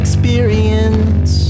Experience